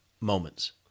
moments